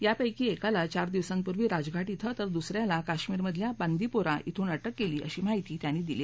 यापैकी एकाला चार दिवसांपूर्वी राजघाट श्वें तर दुसऱ्याला कश्मीरमधल्या बांदिपोरा बून अटक केली अशी माहिती त्यांनी दिली